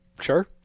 Sure